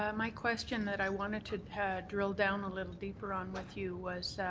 um my question that i wanted to drill down a little deeper on with you was